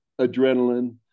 adrenaline